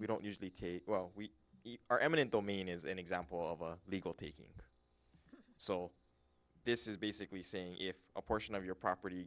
we don't usually take well we are eminent domain is an example of a legal taking so this is basically saying if a portion of your property